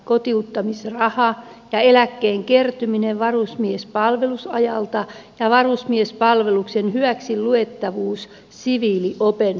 kotiuttamisraha eläkkeen kertyminen varusmiespalvelusajalta ja varusmiespalveluksen hyväksiluettavuus siviiliopinnoissa